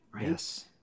Yes